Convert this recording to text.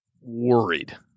worried